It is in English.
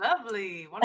Lovely